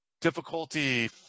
difficulty